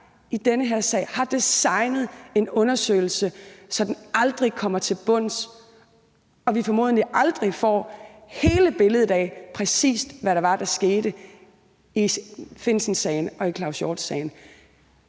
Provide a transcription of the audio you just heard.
i den her sag har designet en undersøgelse, så den aldrig kommer til bunds, og så vi formodentlig aldrig får hele billedet af, præcis hvad det var, der skete i Findsensagen og i Claus Hjort-sagen.